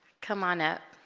come on up